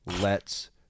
lets